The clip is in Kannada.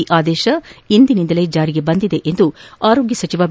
ಈ ಆದೇಶ ಇಂದಿನಿಂದಲೇ ಜಾರಿಗೆ ಬಂದಿದೆ ಎಂದು ಆರೋಗ್ಯ ಸಚಿವ ಬಿ